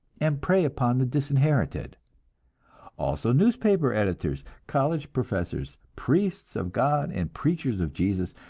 and prey upon the disinherited also newspaper editors, college professors, priests of god and preachers of jesus,